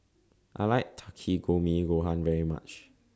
I like Takikomi Gohan very much